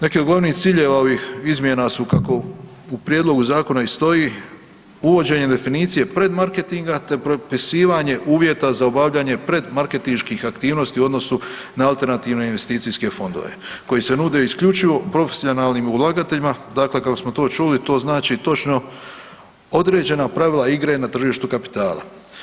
Neki od glavnih ciljeva ovih izmjena su kako u prijedlogu zakona i stoji uvođenje definicije pred marketinga te propisivanje uvjeta za obavljanje pred marketinških aktivnosti u odnosu na alternativne investicijske fondove koji se nude isključivo profesionalnim ulagateljima, dakle kako smo čuli to znači točno određena pravila igre na tržištu kapitala.